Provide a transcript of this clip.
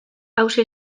hauxe